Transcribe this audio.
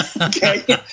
Okay